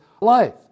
life